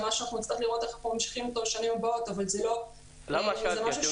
נצטרך לראות איך ממשיכים מפה לשנים הבאות אבל זה משהו -- למה שאלתי?